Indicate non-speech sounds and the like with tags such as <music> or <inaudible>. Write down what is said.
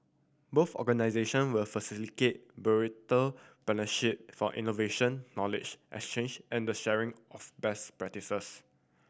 both organisation will facilitate <unintelligible> partnership for innovation knowledge exchange and the sharing of best practises